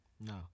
no